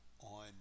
on